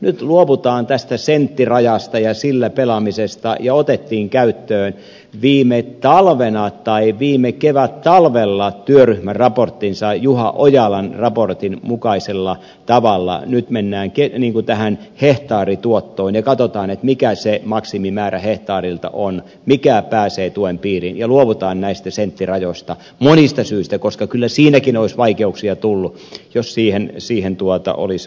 nyt luovutaan tästä senttirajasta ja sillä pelaamisesta ja viime kevättalvella valmistuneen työryhmäraportin juha ojalan raportin mukaisella tavalla mennään tähän hehtaarituottoon ja katsotaan mikä se maksimimäärä hehtaarilta on mikä pääsee tuen piiriin ja luovutaan näistä senttirajoista monista syistä koska kyllä siinäkin olisi vaikeuksia tullut jos siihen olisi tässä menty